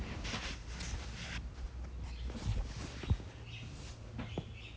然后你现在 err next time if we need you you won't be on the chopping board